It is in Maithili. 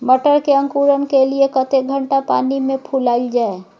मटर के अंकुरण के लिए कतेक घंटा पानी मे फुलाईल जाय?